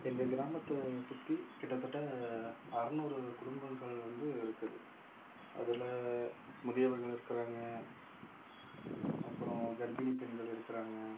எங்கள் கிராமத்தை சுற்றி கிட்டத்தட்ட அறுநூறு குடும்பங்கள் வந்து இருக்குது அதில் முதியவர்கள் இருக்கிறாங்க அப்புறம் கர்ப்பிணிப் பெண்கள் இருக்கிறாங்க